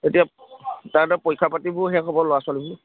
তেতিয়া তাহাঁতৰ পৰীক্ষা পাতিবোৰ শেষ হ'ব ল'ৰা ছোৱালীবোৰ